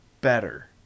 better